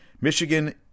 Michigan